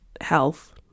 health